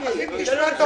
מיקי, בוא נשמע אותו.